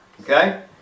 Okay